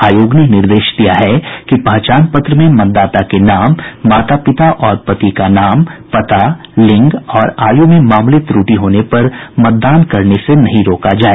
आयोग ने निर्देश दिया है कि पहचान पत्र में मतदाता के नाम माता पिता और पति का नाम पता लिंग और आयू में मामूली त्रटि होने पर मतदान करने से नहीं रोका जाए